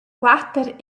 quatter